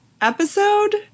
episode